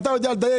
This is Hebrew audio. אתה יודע לדייק.